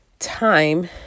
time